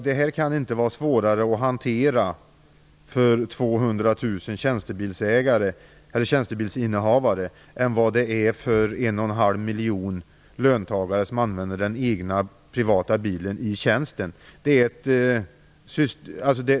Det här kan inte vara svårare att hantera för 200 000 tjänstebilsinnehavare än vad det är för 1,5 miljon löntagare som använder den egna bilen i tjänsten.